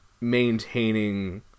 maintaining